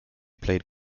played